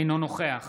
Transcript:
אינו נוכח